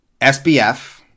SBF